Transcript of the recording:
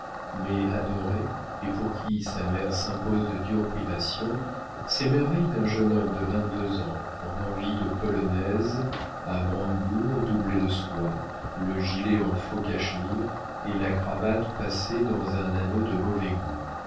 mais adoré et pour qui sa mère s'impose de dures privations s'émerveille d'un jeune homme de vingt-deux ans en envie la polonaise à brandebourgs doublée de soie le gilet de faux cachemire et la cravate passée dans un anneau de mauvais goût